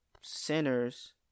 sinners